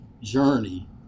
journey